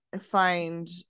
find